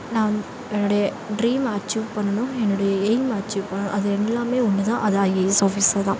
நான் வந் என்னுடைய dream achieve பண்ணணும் என்னுடைய எயிம் அச்சீவ் பண்ணணும் அது என்லாமே ஒன்று தான் அதுதான் ஐஏஎஸ் ஆஃபிஸர் தான்